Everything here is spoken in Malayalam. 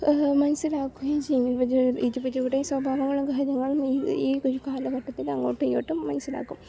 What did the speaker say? മനസ്സിലാക്കുകയും ചെയ്യും ഇവർ ഇരുവരുടേയും സ്വഭാവങ്ങളും കാര്യങ്ങളും ഈ ഒരു കാലഘട്ടത്തിൽ അങ്ങോട്ടും ഇങ്ങോട്ടും മനസ്സിലാക്കും